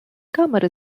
камери